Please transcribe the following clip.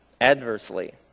adversely